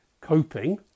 coping